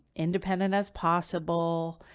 independent as possible.